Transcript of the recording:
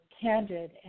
candid